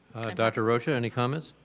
dr. rocha any comments?